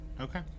Okay